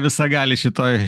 visagalis šitoj